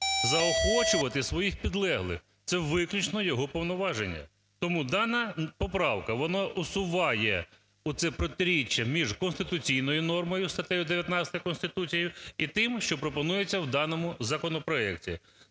заохочувати своїх підлеглих – це виключно його повноваження. Тому дана поправка, вона усуває оце протиріччя між конституційною нормою статтею 19 Конституції і тим, що пропонується в даному законопроекті.